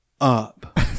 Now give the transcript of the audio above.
up